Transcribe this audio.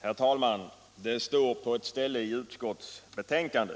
Herr talman! På ett ställe i utskottets betänkande